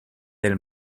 del